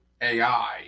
ai